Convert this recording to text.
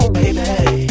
baby